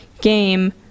game